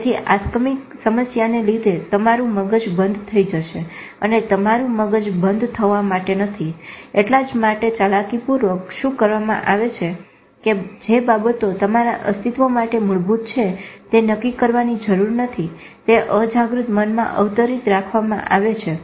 તેથી આકસ્મિક સમસ્યાને લીધે તમારું મગજ બંધ થઇ જશે અને તમારું મગજ બંધ થવા માટે નથી એટલા માટે જ ચાલાકીપૂર્વક શું કરવામાં આવે છે કે જે બાબતો તમારા અસ્તિત્વ માટે મૂળભૂત છે તે નક્કી કરવાની જરૂર નથી તે અજાગૃત મનમાં આવરિત રાખવામાં આવે છે